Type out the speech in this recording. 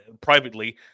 privately